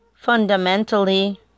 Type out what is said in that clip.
fundamentally